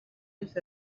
just